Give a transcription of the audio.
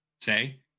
say